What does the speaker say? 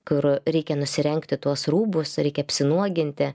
kur reikia nusirengti tuos rūbus reikia apsinuoginti